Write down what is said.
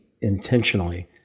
intentionally